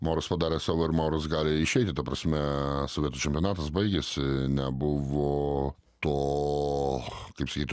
mauras padarė savo ir mauras gali išeiti ta prasme suovietų čempionatas baigėsi nebuvo to kaip sakyt